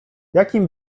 jakim